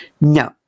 No